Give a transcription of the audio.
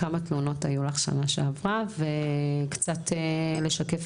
כמה תלונות היו לך שנה שעברה וקצת לשקף